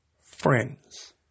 friends